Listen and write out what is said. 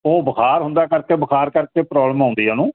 ਉਹ ਬੁਖਾਰ ਹੁੰਦਾ ਕਰਕੇ ਬੁਖਾਰ ਕਰਕੇ ਪ੍ਰੋਬਲਮ ਆਉਂਦੀ ਆ ਉਹਨੂੰ